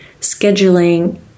scheduling